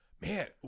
man